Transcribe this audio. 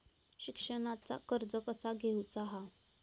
शिक्षणाचा कर्ज कसा घेऊचा हा?